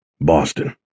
Boston